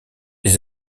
les